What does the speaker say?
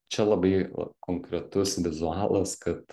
čia labai konkretus vizualas kad